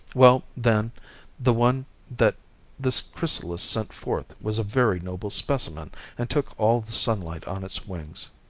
well, then the one that this chrysalis sent forth was a very noble specimen and took all the sunlight on its wings.